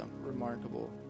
remarkable